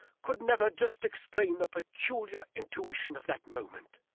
could never just explain the peculiar intuition of that moment.